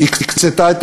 הקצתה את